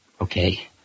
Okay